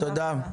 תודה רבה.